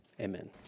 Amen